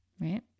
Right